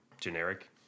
generic